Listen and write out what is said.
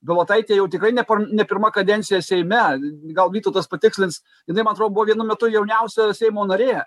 bilotaitė jau tikrai ne ne pirma kadencija seime gal vytautas patikslins jinai man atrodo vienu metu jauniausia seimo narė